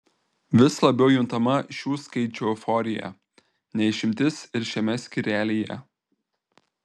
vis labiau juntama šių skaičių euforija ne išimtis ir šiame skyrelyje